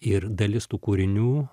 ir dalis tų kūrinių